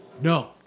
No